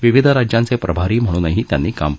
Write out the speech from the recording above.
विविध राज्यांचे प्रभारी म्हणूनही त्यांनी काम पाहिलं